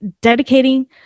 dedicating